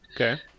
Okay